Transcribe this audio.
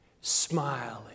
smiling